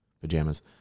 pajamas